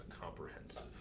comprehensive